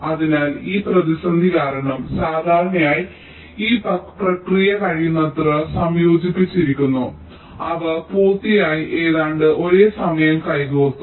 അതിനാൽ ഈ പ്രതിസന്ധി കാരണം സാധാരണയായി ഈ പ്രക്രിയ കഴിയുന്നത്ര സംയോജിപ്പിച്ചിരിക്കുന്നു അവ പൂർത്തിയായി ഏതാണ്ട് ഒരേ സമയം കൈകോർത്തു